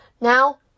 Now